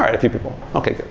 a few people. okay, good.